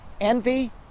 Envy